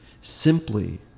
Simply